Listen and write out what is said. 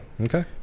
Okay